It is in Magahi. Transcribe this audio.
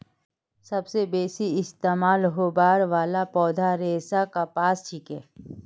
सबस बेसी इस्तमाल होबार वाला पौधार रेशा कपास छिके